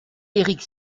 éric